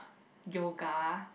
yoga